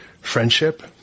friendship